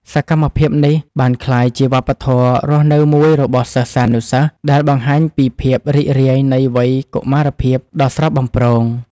សកម្មភាពនេះបានក្លាយជាវប្បធម៌រស់នៅមួយរបស់សិស្សានុសិស្សដែលបង្ហាញពីភាពរីករាយនៃវ័យកុមារភាពដ៏ស្រស់បំព្រង។